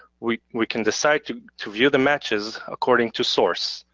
we we can decide to to view the matches according to source,